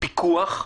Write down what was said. פיקוח למשטרה,